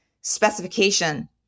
specification